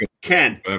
Ken